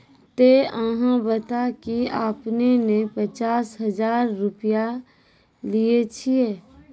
ते अहाँ बता की आपने ने पचास हजार रु लिए छिए?